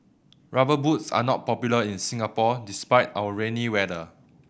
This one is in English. Rubber Boots are not popular in Singapore despite our rainy weather